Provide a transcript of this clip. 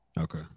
Okay